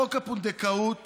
שחוק הפונדקאות